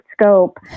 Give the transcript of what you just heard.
scope